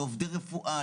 לעובדי רפואה,